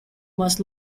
was